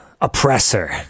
oppressor